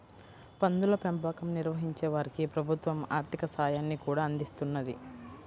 పందుల పెంపకం నిర్వహించే వారికి ప్రభుత్వం ఆర్ధిక సాయాన్ని కూడా అందిస్తున్నది